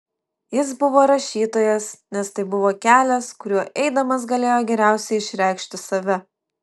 jis buvo rašytojas nes tai buvo kelias kuriuo eidamas galėjo geriausiai išreikšti save